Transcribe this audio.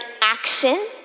action